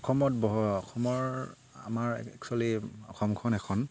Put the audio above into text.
অসমত বহ অসমৰ আমাৰ একচুৱেলি অসমখন এখন